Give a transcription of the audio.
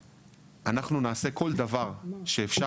אנחנו נעשה כל דבר שאפשר,